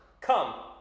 Come